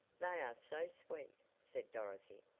they are so sweet, said dorothy,